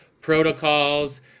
protocols